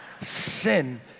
Sin